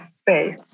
space